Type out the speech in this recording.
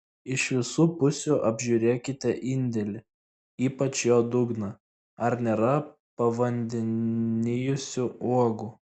iš visų pusių apžiūrėkite indelį ypač jo dugną ar nėra pavandenijusių uogų